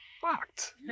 fucked